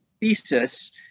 thesis